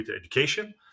education